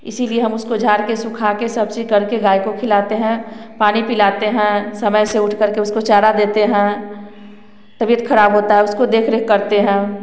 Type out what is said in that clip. इसीलिए हम उसको झाड़के सुखा के सब चीज करके गाय को खिलाते हैं पानी पिलाते हैं समय से उठकर के उसको चारा देते हैं तबियत ख़राब होता है उसको देखरेख करते हैं